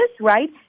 right